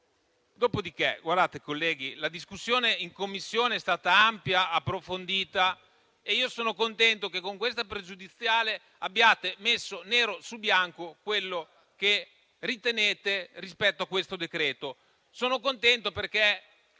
Dopodiché, colleghi, la discussione in Commissione è stata ampia, approfondita e sono contento che con questa questione pregiudiziale abbiate messo nero su bianco quanto ritenete rispetto a questo decreto-legge. Sono contento perché,